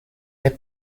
est